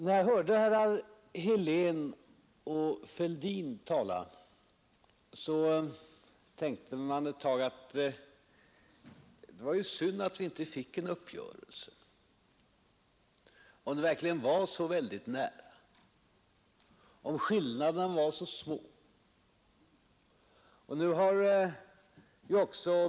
När jag hörde herrar Helén och Fälldin tala tänkte jag ett slag att det var synd att vi inte fick en uppgörelse, om den verkligen låg så nära och om skillnaderna var så små.